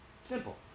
Simple